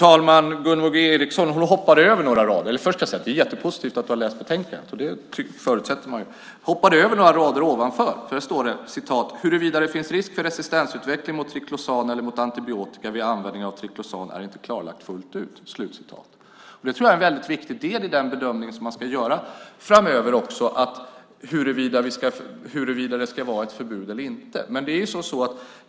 Fru talman! Det är mycket positivt att Gunvor G Ericson läst betänkandet, det förutsätter man ju, men hon hoppade över några rader när hon citerade ur betänkandet. Det står nämligen också att "huruvida det finns risk för resistensutveckling mot triklosan eller mot antibiotika vid användning av triklosan är inte klarlagt fullt ut". Det tror jag är en viktig del i den bedömning som ska göras framöver av huruvida det ska vara ett förbud eller inte.